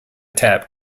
tap